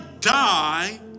die